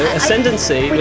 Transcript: ascendancy